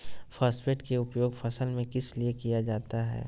Phosphate की उपयोग फसल में किस लिए किया जाता है?